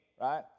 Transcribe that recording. right